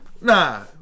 Nah